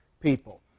people